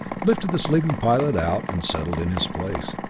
lifted the sleeping pilot out, and settled in his place.